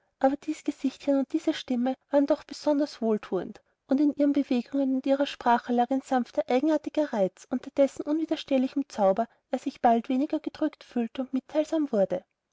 aber dies gesichtchen und diese stimme waren doch besonders wohlthuend und in ihren bewegungen und ihrer sprache lag ein sanfter eigenartiger reiz unter dessen unwiderstehlichem zauber er sich bald weniger gedrückt fühlte und mitteilsam wurde